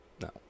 No